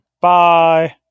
Bye